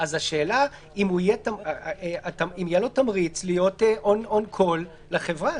השאלה אם יהיה לו תמריץ להיות on call לחברה.